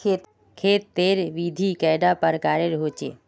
खेत तेर विधि कैडा प्रकारेर होचे?